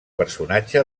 personatge